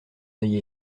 œil